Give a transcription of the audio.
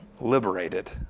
liberated